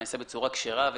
נעשית בצורה כשרה ותקינה,